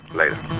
later